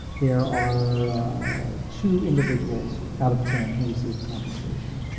there are two individuals out of ten who received compensation.